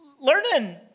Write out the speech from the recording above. Learning